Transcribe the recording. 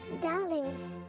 darlings